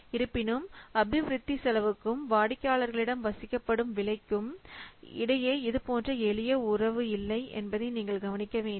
இருப்பினும் அபிவிருத்தி செலவுக்கும் வாடிக்கையாளர்களிடம் வசூலிக்கப்படும் விலைக்கும் இடையே இதுபோன்ற எளிய உறவு இல்லை என்பதை நீங்கள் கவனிக்க வேண்டும்